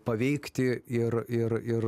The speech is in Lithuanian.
paveikti ir ir ir